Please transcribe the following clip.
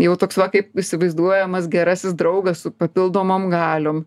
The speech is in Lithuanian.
jau toks va kaip įsivaizduojamas gerasis draugas su papildomom galiom